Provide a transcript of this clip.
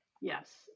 yes